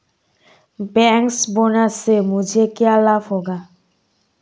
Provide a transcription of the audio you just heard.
Bankers bonus से मुझे क्या लाभ होगा?